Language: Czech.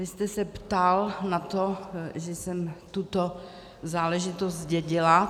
Vy jste se ptal na to, že jsem tuto záležitost zdědila.